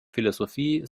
philosophie